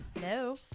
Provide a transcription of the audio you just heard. No